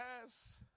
Yes